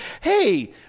hey